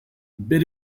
beat